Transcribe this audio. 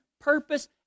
purpose